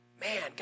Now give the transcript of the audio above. Man